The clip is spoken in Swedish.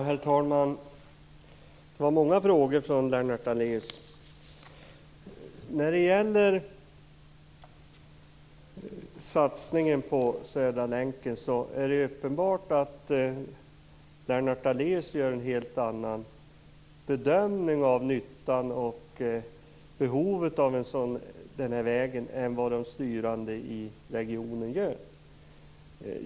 Herr talman! Det var många frågor från Lennart Daléus. När det gäller satsningen på Södra länken är det uppenbart att Lennart Daléus gör en helt annan bedömning av nyttan och behovet av denna väg än vad de styrande i regionen gör.